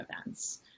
events